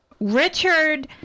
Richard